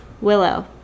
Willow